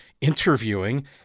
interviewing